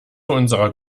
unserer